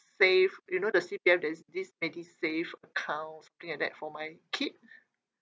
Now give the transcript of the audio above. save you know the C_P_F there's this medisave account something like that for my kid